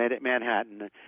Manhattan